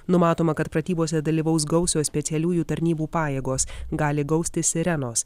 numatoma kad pratybose dalyvaus gausios specialiųjų tarnybų pajėgos gali gausti sirenos